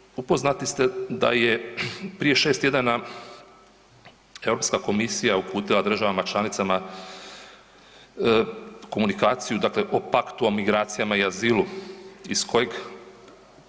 Jednako tako upoznati ste da je prije šest tjedana Europska komisija uputila državama članicama komunikaciju o Paktu o migracijama i azilu iz kojeg